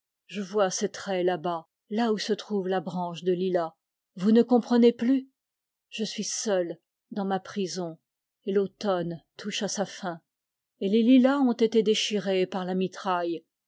je vois ses traits là-bas là où se trouve la branche de lilas vous ne comprenez plus je suis seul dans ma prison et l'automne touche à sa fin et les lilas ont été déchirés par la mitraille